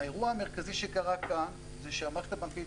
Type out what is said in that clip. האירוע המרכזי שקרה כאן זה שהמערכת הבנקאית